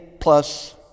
plus